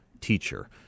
teacher